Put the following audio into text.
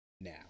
now